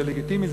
זה לגיטימי,